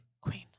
Queen